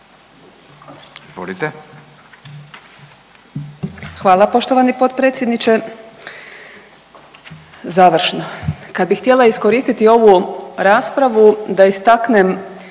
Hvala poštovani potpredsjedniče. Završno, kad bih htjela iskoristiti ovu raspravu da istaknem